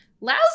Lousy